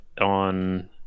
on